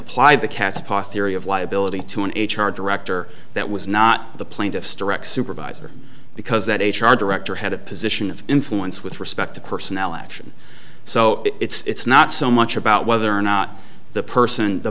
applied the catspaw theory of liability to an h r director that was not the plaintiff's direct supervisor because that h r director had a position of influence with respect to personnel action so it's not so much about whether or not the person the